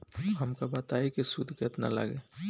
हमका बताई कि सूद केतना लागी?